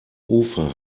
ufer